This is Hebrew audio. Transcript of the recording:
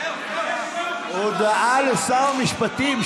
הודעה לשר המשפטים,